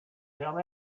tell